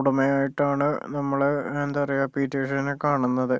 ഉടമയായിട്ടാണ് നമ്മൾ എന്താ പറയുക പി ടി ഉഷേനെ കാണുന്നത്